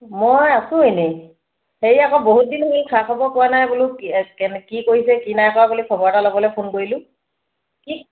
মই আছো এনেই হেৰি আকৌ বহুত দিন হ'ল খা খবৰ পোৱা নাই বোলো কি কেনে কি কৰিছে কি নাই কৰা বুলি খবৰ এটা ল'বলৈ ফোন কৰিলোঁ কি